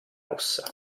rossa